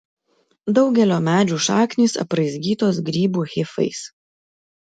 daugelio medžių šaknys apraizgytos grybų hifais